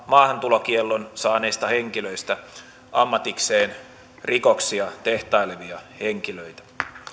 maahantulokiellon saaneista henkilöistä ammatikseen rikoksia tehtailevia henkilöitä